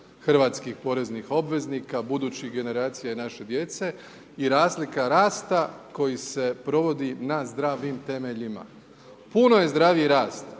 hrvatskih poreznih obveznika, budućih generacija i naše djece, i razlika rasta koji se provodi na zdravim temeljima. Puno je zdraviji rast,